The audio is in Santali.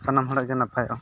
ᱥᱟᱱᱟᱢ ᱦᱚᱲᱟᱜ ᱜᱮ ᱱᱟᱯᱟᱭᱚᱜᱼᱟ